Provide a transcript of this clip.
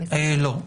לא.